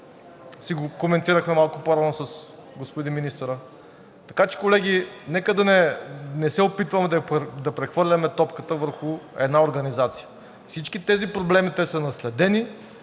го коментирахме малко по-рано с господин министъра. Така че, колеги, нека да не се опитваме да прехвърляме топката върху една организация. Всички тези проблеми са наследени,